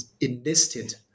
enlisted